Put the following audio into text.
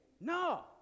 No